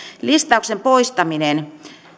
listauksen poistaminen